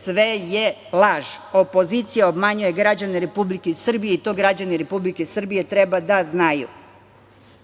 Sve je laž. Opozicija obmanjuje građane Republike Srbije i to građani Republike Srbije treba da znaju. Do